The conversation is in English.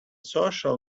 social